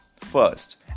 First